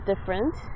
different